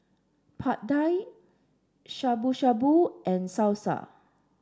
Pad Thai Shabu Shabu and Salsa